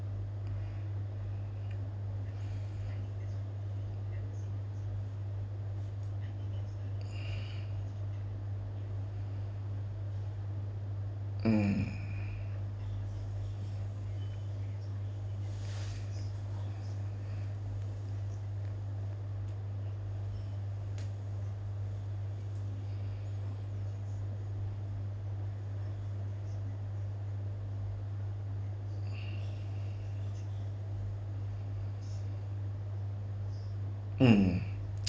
mm mm